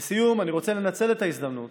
לסיום, אני רוצה לנצל את ההזדמנות